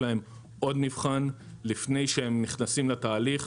להם עוד מבחן לפני שהם נכנסים לתהליך,